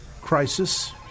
crisis